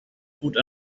food